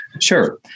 Sure